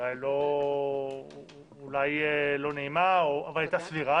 אולי לא נעימה, אבל סבירה.